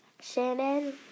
Shannon